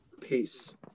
Peace